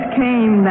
came